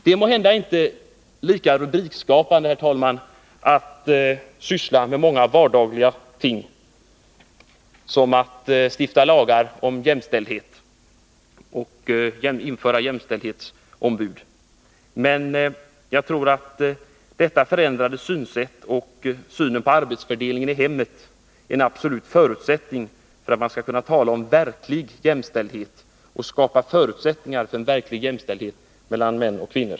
Det är måhända inte lika rubrikskapande, herr talman, att praktiskt syssla med de vardagliga tingen som att stifta lagar om jämställdhet och införa jämställdhetsombud, men detta förändrade synsätt och synen på arbetsfördelningen i hemmet är en absolut förutsättning för att man skall kunna tala om och skapa verklig jämställdhet mellan män och kvinnor.